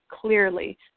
clearly